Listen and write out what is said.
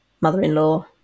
mother-in-law